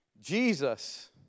Jesus